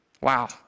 Wow